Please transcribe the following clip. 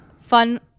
Fun